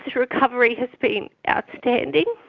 recovery has been outstanding.